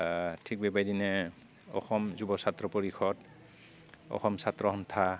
थिग बेबायदिनो अखम जुब साथ्र परिकट अखम साथ्र हन्टा